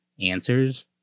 answers